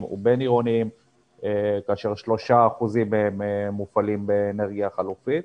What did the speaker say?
ובין עירוניים כאשר 3% מהם מופעלים באנרגיה חלופית,